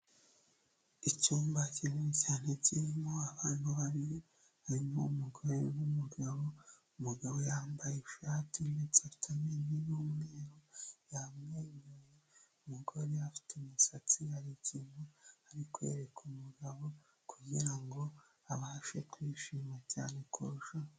Icyumba kinini cyane kirimo abantu babiri harimo umugore n'umugabo, umugabo yambaye ishati ndeitse n'itaburiya y'umweru yamwenyuye, umugore afite imisatsi ari ikintu ari kwereka umugabo kugirango abashe kwishima cyane kurusha.